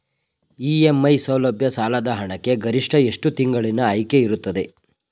EMI ಸೌಲಭ್ಯ ಸಾಲದ ಹಣಕ್ಕೆ ಗರಿಷ್ಠ ಎಷ್ಟು ತಿಂಗಳಿನ ಆಯ್ಕೆ ಇರುತ್ತದೆ?